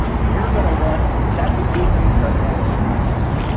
you're going to want that's a good use of sba loans.